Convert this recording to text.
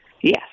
Yes